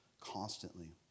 constantly